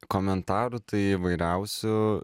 komentarų tai įvairiausių